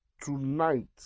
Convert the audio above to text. tonight